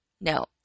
No